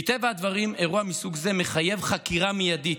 מטבע הדברים, אירוע מסוג זה מחייב חקירה מיידית,